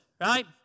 Right